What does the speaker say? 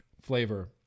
flavor